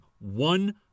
One